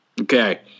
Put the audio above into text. Okay